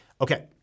okay